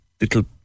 little